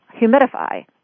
humidify